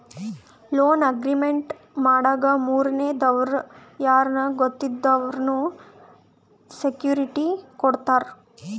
loan agreement ಮಾಡಾಗ ಮೂರನೇ ದವ್ರು ಯಾರ್ನ ಗೊತ್ತಿದ್ದವ್ರು ಸೆಕ್ಯೂರಿಟಿ ಕೊಡ್ತಾರ